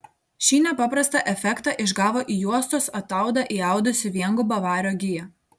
šį nepaprastą efektą išgavo į juostos ataudą įaudusi viengubą vario giją